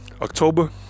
October